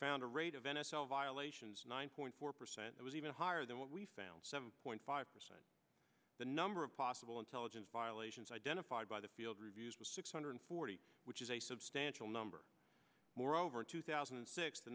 found a rate of n f l violations nine point four percent was even higher than what we found seven point five percent the number of possible intelligence violations identified by the field reviews was six hundred forty which is a substantial number more over two thousand and six the